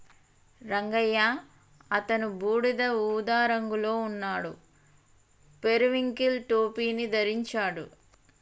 రంగయ్య అతను బూడిద ఊదా రంగులో ఉన్నాడు, పెరివింకిల్ టోపీని ధరించాడు